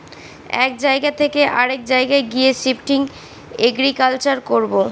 এক জায়গা থকে অরেক জায়গায় গিয়ে শিফটিং এগ্রিকালচার করবো